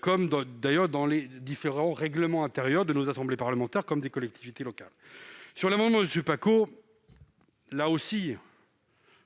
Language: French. comme d'ailleurs dans les différents règlements intérieurs de nos assemblées parlementaires et des collectivités locales ? Monsieur Paccaud,